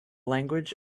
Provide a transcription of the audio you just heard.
language